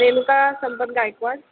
Renuka Sampat Gaikwad